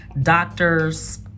doctors